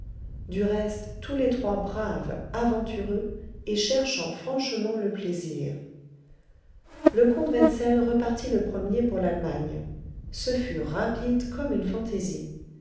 du reste tous les trois braves aventureux et cherchant franchement le plaisir le comte wenzel repartit le premier pour l'allemagne ce fut rapide comme une fantaisie